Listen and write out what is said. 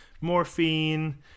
morphine